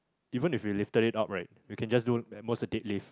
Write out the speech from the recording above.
even if we lifted it up right we can just do at most a deadlift